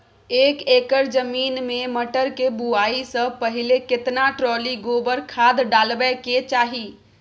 एक एकर जमीन में मटर के बुआई स पहिले केतना ट्रॉली गोबर खाद डालबै के चाही?